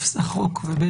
ראשית על החוק,